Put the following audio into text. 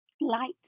Light